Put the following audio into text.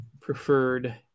preferred